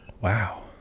wow